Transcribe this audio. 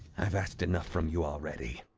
i've asked enough from you already.